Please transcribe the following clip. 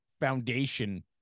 foundation